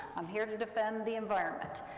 i'm here to defend the environment.